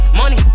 money